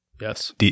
Yes